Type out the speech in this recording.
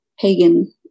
pagan